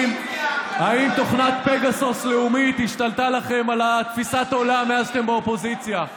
האם תוכנת פגסוס לאומית השתלטה לכם על תפיסת העולם מאז שאתם באופוזיציה?